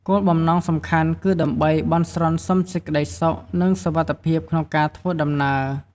គោលបំណងសំខាន់គឺដើម្បី បន់ស្រន់សុំសេចក្តីសុខ និងសុវត្ថិភាពក្នុងការធ្វើដំណើរ។